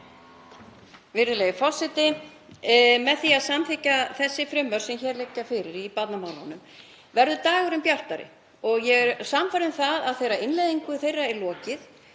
Virðulegi forseti. Með því að samþykkja þau frumvörp sem hér liggja fyrir í barnamálunum verður dagurinn bjartari og ég er sannfærð um að þegar innleiðingu þeirra er lokið